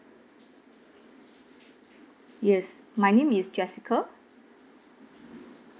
yes my name is jessica